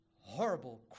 horrible